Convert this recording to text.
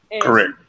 Correct